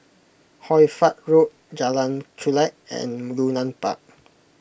Hoy Fatt Road Jalan Chulek and Yunnan Park